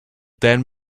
then